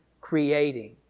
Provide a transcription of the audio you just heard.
creating